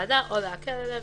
בוועדה או להקל עליו".